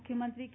મુખ્યમંત્રી કે